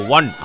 One